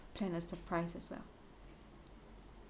plan a surprise as well